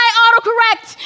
autocorrect